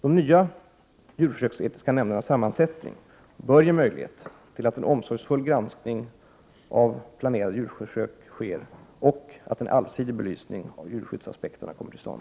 De nya djurförsöksetiska nämndernas sammansättning bör ge möjlighet till att en omsorgsfull granskning av planerade djurförsök sker och att en allsidig belysning av djurskyddsaspekterna kommer till stånd.